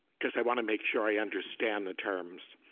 because i want and make sure i understand the terms.